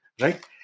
Right